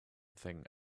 thing